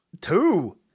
Two